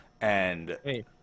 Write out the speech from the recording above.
Hey